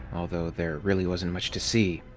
although there really wasn't much to see.